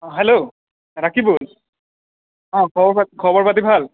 অঁ হেল্ল' ৰাকিবুল অঁ খবৰ পা খবৰ পাতি ভাল